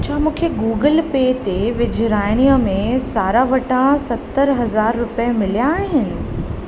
छा मूंखे Google Pay ते विझराइणीअ में सारा वटां सतरि हज़ार रुपया मिलिया आहिनि